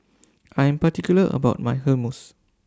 I Am particular about My Hummus